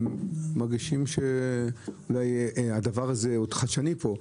הם מרגישים שהדבר הזה עוד חדשני פה,